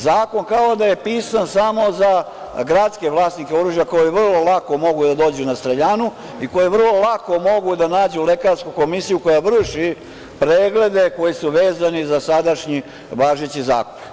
Zakon kao da je pisan samo za gradske vlasnike oružja koji vrlo lako mogu da dođu na streljanu i koji vrlo lako mogu da nađu lekarsku komisiju koja vrši preglede koji su vezani za sadašnji važeći zakon.